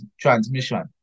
transmission